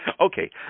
Okay